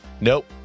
nope